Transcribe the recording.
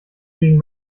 gegen